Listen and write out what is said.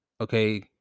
Okay